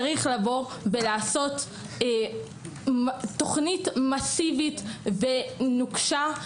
צריך לעשות תוכנית מסיבית ונוקשה,